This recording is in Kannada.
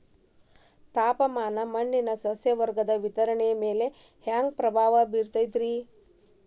ತಾಪಮಾನ ಮಣ್ಣಿನ ಸಸ್ಯವರ್ಗದ ವಿತರಣೆಯ ಮ್ಯಾಲ ಹ್ಯಾಂಗ ಪ್ರಭಾವ ಬೇರ್ತದ್ರಿ?